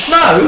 no